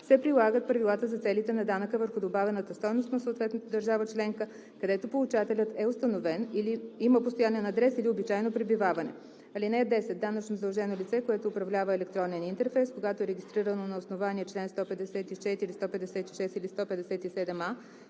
се прилагат правилата за целите на данъка върху добавената стойност на съответната държава членка, където получателят е установен, има постоянен адрес или обичайно пребиваване. (10) Данъчно задължено лице, което управлява електронен интерфейс, когато е регистрирано на основание чл. 154, 156 или 157а,